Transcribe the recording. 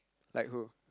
like who